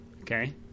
Okay